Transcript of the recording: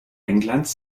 englands